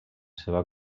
seva